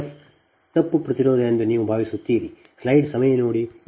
Z f ತಪ್ಪು ಪ್ರತಿರೋಧ ಎಂದು ನೀವು ಭಾವಿಸುತ್ತೀರಿ